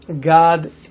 God